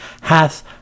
hath